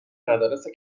مدارس